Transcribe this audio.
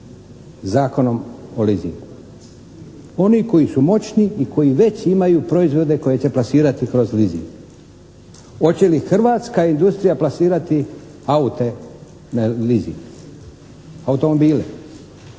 Zakonom o leasingu? Oni koji su moćni i koji već imaju proizvode koje će plasirati kroz leasing. Hoće li hrvatska industrija plasirati aute na leasing? Automobili.